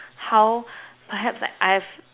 how perhaps like I have